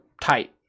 tight